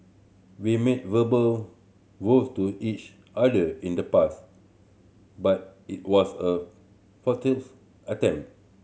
we made verbal vows to each other in the past but it was a futile attempt